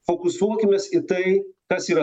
fokusuokimės į tai kas yra